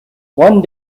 one